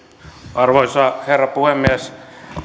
arvoisa herra puhemies